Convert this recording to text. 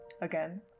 Again